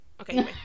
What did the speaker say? okay